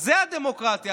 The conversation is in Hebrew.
זו הדמוקרטיה.